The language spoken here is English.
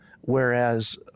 whereas